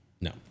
No